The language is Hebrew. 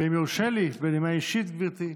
ואם יורשה לי בנימה אישית, גברתי.